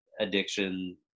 addiction